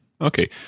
Okay